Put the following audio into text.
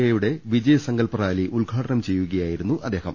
എയുടെ വിജയ് സങ്കല്പ് റാലി ഉദ്ഘാടനം ചെയ്യുകയായിരുന്നു അദ്ദേഹം